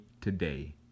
today